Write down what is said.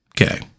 okay